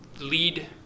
lead